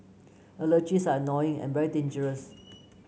allergies are annoying and very dangerous